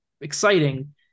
exciting